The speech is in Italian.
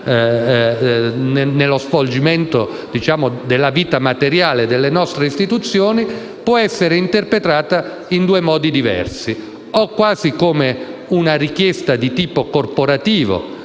nello svolgimento della vita materiale delle nostre istituzioni, può essere interpretata in due modi diversi: